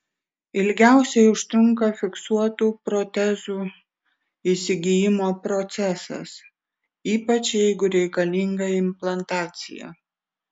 ilgiausiai užtrunka fiksuotų protezų įsigijimo procesas ypač jeigu reikalinga implantacija